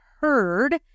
heard